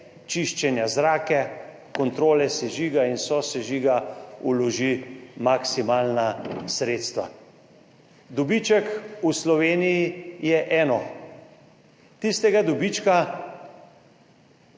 čiščenja zraka, kontrole sežiga in sosežiga vloži maksimalna sredstva. Dobiček v Sloveniji je eno, tistega dobička,